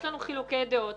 יש לנו חילוקי דעות,